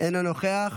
אינו נוכח,